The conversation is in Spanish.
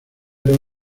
era